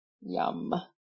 Yum